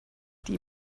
die